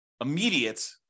immediate